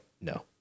No